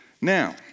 Now